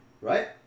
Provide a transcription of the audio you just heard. right